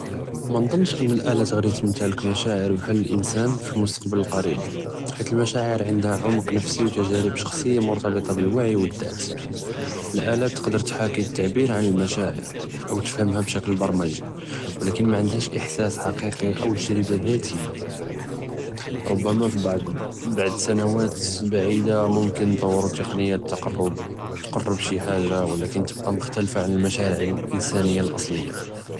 מנזנש אנה אלאאלה תמתלכ משאער בהאל אלאנסאן פי אלמוסטקבל אלקריב, חית אלאמשאער ענדהא עמק נפסי ו תג׳ארב ש׳כסיה מרבוטה ב־אלועי ו א־ד׳את, אלאאלה תקדר תחאכי א־תעביר עלא אלאמשאער או תפהמהא בשכל ברמג׳י, ו אבלאכן מענדהש אחהס חקיקי או תג׳רבה ד׳אתיה, רובמא פבעצ בעד סנואת בעידה מומכן יטוורו טקניה תקארב, תקארב שי חאגה ו אבלאכן תבקי מוכתלפה עלא אלאמשאער אלאנסאניה אלאצליה.